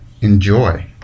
enjoy